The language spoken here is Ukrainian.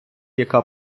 яка